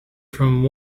from